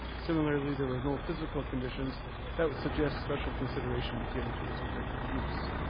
similarly, there was no physical conditions that would suggest special consideration be given to this particular use.